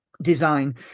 design